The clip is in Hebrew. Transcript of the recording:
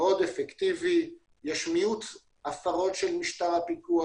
מאוד אפקטיבי, יש מיעוט הפרות של משטר הפיקוח.